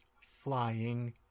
flying